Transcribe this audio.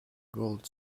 gold